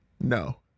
No